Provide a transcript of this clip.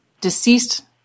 deceased